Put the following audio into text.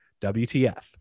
WTF